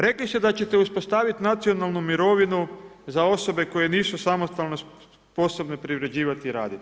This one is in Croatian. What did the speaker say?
Rekli ste da ćete uspostaviti nacionalnu mirovinu za osobe koje nisu samostalno sposobne privređivati i raditi.